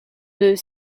deux